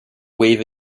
wave